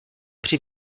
při